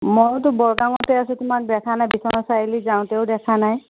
মইতো বৰগাঁওতে আছোঁ তোমাক দেখাই নাই বিশ্বনাথ চাৰিআলি যাওঁতেও দেখা নাই